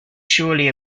surely